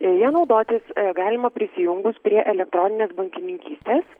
ja naudotis galima prisijungus prie elektroninės bankininkystės